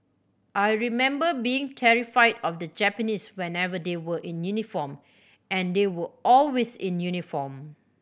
I remember being terrified of the Japanese whenever they were in uniform and they were always in uniform